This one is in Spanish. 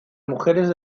mujeres